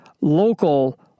local